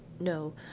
No